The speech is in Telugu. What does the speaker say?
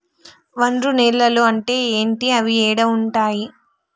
ఒండ్రు నేలలు అంటే ఏంటి? అవి ఏడ ఉంటాయి?